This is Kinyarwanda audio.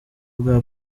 bwa